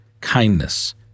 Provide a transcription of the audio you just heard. kindness